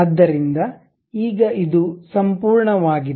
ಆದ್ದರಿಂದ ಈಗ ಇದು ಸಂಪೂರ್ಣವಾಗಿದೆ